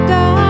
God